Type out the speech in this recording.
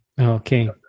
Okay